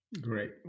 Great